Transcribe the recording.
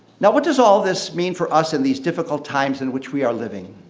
now what does all this mean for us in these difficult times in which we are living?